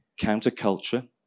counterculture